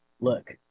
look